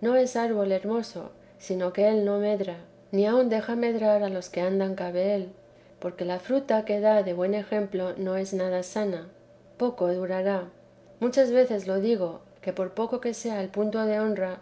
no es árbol hermoso sino que él no medra ni aun deja medrar a los que andan cabe él porque la fruta que da de buen ejemplo no es nada sana poco durará muchas veces lo digo que por poco que sea el punto de honra